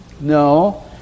No